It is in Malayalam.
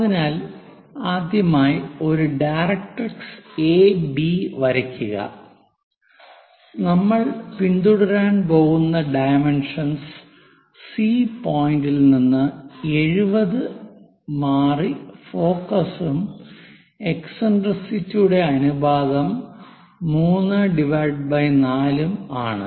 അതിനാൽ ആദ്യമായി ഒരു ഡയറക്ട്രിക്സ് എബി വരയ്ക്കുക നമ്മൾ പിന്തുടരാൻ പോകുന്ന ഡൈമെൻഷൻസ് സി പോയിന്റിൽ നിന്ന് 70 മാറി ഫോക്കസും എക്സിൻട്രിസിറ്റി യുടെ അനുപാതം 34 ഉം ആണ്